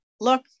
look